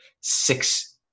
six